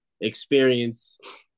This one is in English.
experience